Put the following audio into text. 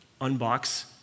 unbox